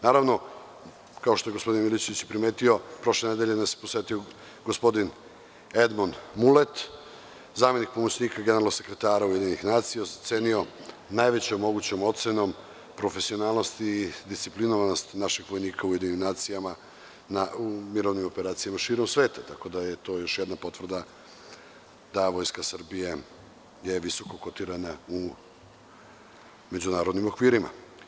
Naravno, kao što je gospodin Milićević primetio, prošle nedelje nas je posetio gospodin Edmon Mulet, zamenik pomoćnika generalnog sekretara UN i ocenio nas najvećom mogućom ocenom profesionalnosti i disciplinovanosti naših vojnika u UN u mirovnim operacijama širom sveta, tako da je to još jedna potvrda da je Vojska Srbije visoko kotirana u međunarodnim okvirima.